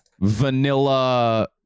vanilla